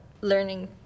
learning